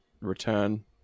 return